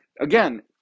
again